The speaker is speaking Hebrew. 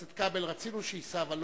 אין הסתייגויות.